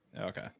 Okay